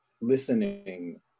listening